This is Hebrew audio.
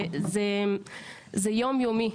זה יום יומי,